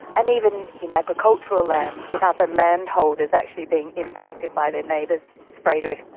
and even in agricultural land with other landholders actually being impacted by their neighbour's spray drift.